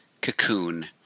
cocoon